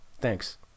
Thanks